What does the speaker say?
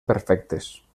perfectes